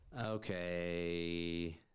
okay